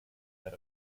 out